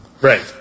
Right